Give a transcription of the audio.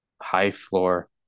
high-floor